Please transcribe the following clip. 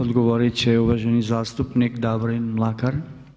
Odgovorit će uvaženi zastupnik Davorin Mlakar.